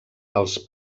els